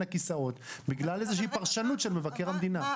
הכיסאות בגלל איזו פרשנות של מבקר המדינה.